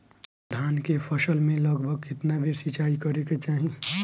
धान के फसल मे लगभग केतना बेर सिचाई करे के चाही?